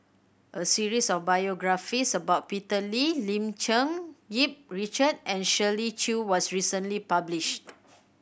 a series of biographies about Peter Lee Lim Cherng Yih Richard and Shirley Chew was recently published